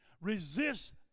resist